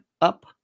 up